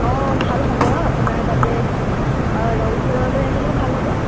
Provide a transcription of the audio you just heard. অঁ ভাল হ'ব আপোনাৰ তাতে ৰংঘৰলৈ আহিলেও ভাল হ'ব